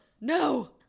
No